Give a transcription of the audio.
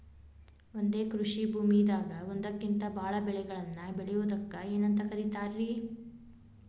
ಒಂದೇ ಕೃಷಿ ಭೂಮಿದಾಗ ಒಂದಕ್ಕಿಂತ ಭಾಳ ಬೆಳೆಗಳನ್ನ ಬೆಳೆಯುವುದಕ್ಕ ಏನಂತ ಕರಿತಾರೇ?